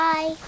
Bye